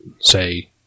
say